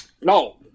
No